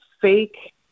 fake